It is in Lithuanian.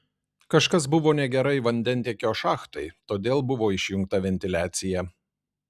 kažkas buvo negerai vandentiekio šachtai todėl buvo išjungta ventiliacija